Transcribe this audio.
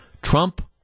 Trump